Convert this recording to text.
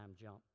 jump